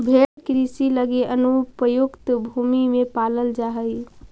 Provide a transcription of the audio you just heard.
भेंड़ कृषि लगी अनुपयुक्त भूमि में पालल जा हइ